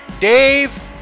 Dave